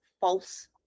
false